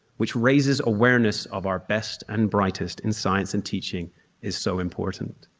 which raises awareness of our best and brightest in science and teaching is so important.